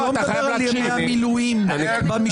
הוא לא מדבר על מילואים במשכן,